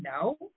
No